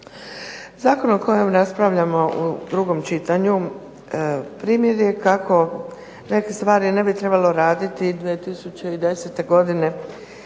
Zakon o kojem raspravljamo u drugom čitanju primjer je kako neke stvari ne bi trebalo raditi 2010. godine